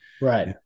right